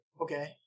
Okay